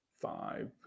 Five